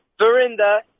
Verinda